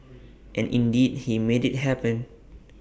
and indeed he made IT happen